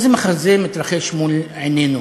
איזה מחזה מתרחש מול עינינו?